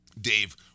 Dave